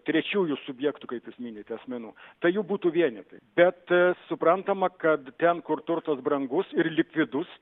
trečiųjų subjektų kaip jūs minit asmenų tai jų būtų vienetai bet suprantama kad ten kur turtas brangus ir likvidus